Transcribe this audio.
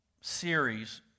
series